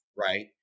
Right